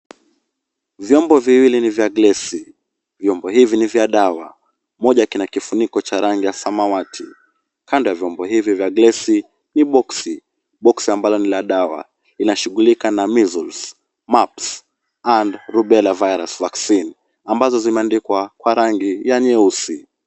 Vyombo viwili ni vya glesi. Vyombo hivi ni vya dawa. Moja ina kifuniko cha rangi ya samawati, kanda vyombo hivi vya glesi ni boksi, boksi ambalo la dawa linashughulikana na measles, maps, and rubella virus vaccine, ambazo zimeandikwa kwa rangi ya nyeusi.